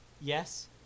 yes